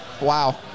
Wow